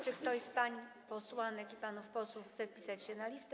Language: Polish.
Czy ktoś z pań posłanek i panów posłów chce wpisać się na listę?